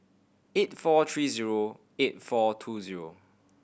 eight four three zero four eight two zero